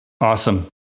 Awesome